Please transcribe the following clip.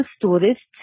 tourists